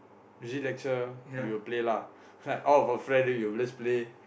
usually lecture we will play lah like all of our friend then you will always play